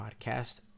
podcast